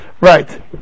right